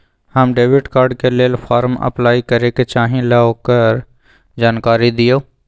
हम debit card के लेल फॉर्म अपलाई करे के चाहीं ल ओकर जानकारी दीउ?